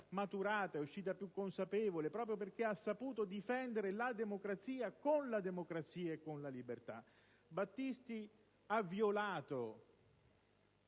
maturata, più consapevole, proprio perché ha saputo difendere la democrazia con la democrazia e con la libertà. Battisti ha violato